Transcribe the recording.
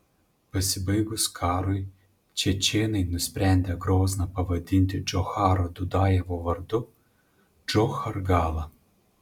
pasibaigus karui čečėnai nusprendę grozną pavadinti džocharo dudajevo vardu džochargala